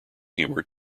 humour